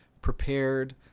prepared